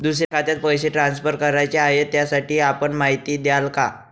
दुसऱ्या खात्यात पैसे ट्रान्सफर करायचे आहेत, त्यासाठी आपण माहिती द्याल का?